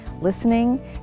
listening